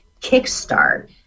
kickstart